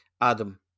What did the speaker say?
Adam